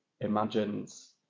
imagines